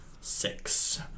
six